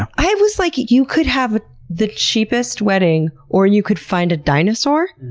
i was like, you could have the cheapest wedding, or you could find a dinosaur?